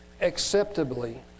acceptably